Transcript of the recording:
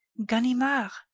ganimard!